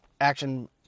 action